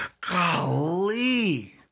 Golly